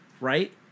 Right